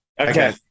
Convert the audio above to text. Okay